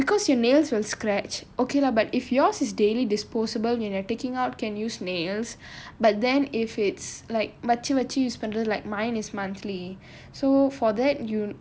ya because your nails will scratch okay lah but if yours is daily disposable and you're taking out can use nails but then if it's like வச்சி வச்சி:vachi vachi use பண்றது:pandrathu like mine is monthly so for that you